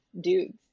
dudes